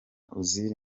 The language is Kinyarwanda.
uzziel